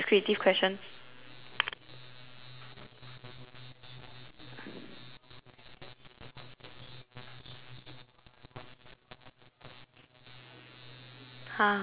!huh!